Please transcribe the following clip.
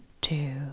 two